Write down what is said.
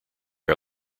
are